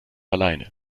alleine